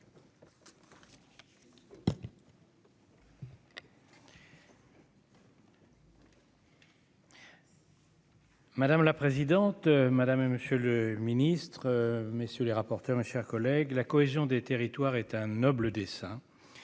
Madame la présidente, madame, monsieur le ministre, messieurs les rapporteurs, mes chers collègues, la cohésion des territoires est un noble dessein